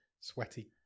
sweaty